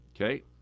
Okay